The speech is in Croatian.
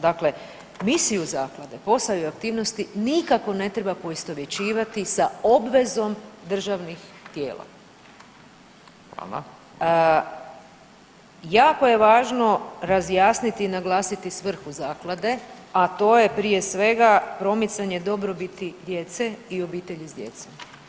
Dakle, misiju zaklade, posao i aktivnosti nikako ne treba poistovjećivati sa obvezom državnih tijela [[Upadica: Hvala.]] Jako je važno razjasniti i naglasiti svrhu zaklade, a to je prije svega promicanje dobrobiti djece i obitelji s djecom.